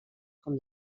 com